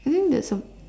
I think that's ab~